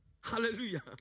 Hallelujah